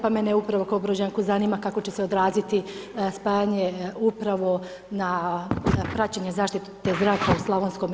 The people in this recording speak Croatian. Pa mene upravo kao Brođanku zanima, kako će se odraziti spajanje upravo na praćenje zaštite zraka u Sl.